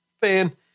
fan